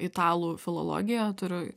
italų filologiją turiu